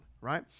right